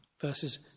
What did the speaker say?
verses